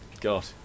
God